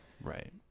Right